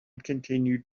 continued